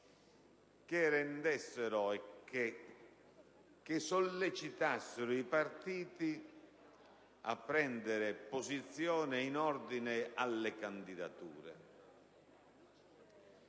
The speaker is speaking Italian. si sollecitavano quindi i partiti a prendere posizione in ordine alle candidature.